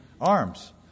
arms